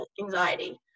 anxiety